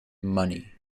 money